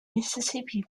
mississippi